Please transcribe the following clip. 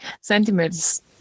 centimeters